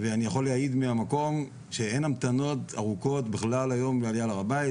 ואני יכול להעיד מהמקום שאין המתנות ארוכות בכלל בעליה להר הבית,